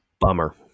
Bummer